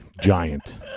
Giant